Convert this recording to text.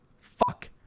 fuck